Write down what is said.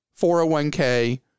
401k